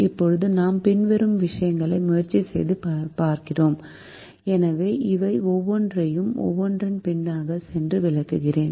இப்போது நாம் பின்வரும் விஷயங்களை முயற்சி செய்து செய்கிறோம் எனவே இவை ஒவ்வொன்றையும் ஒன்றன்பின் ஒன்றாக விளக்குகிறேன்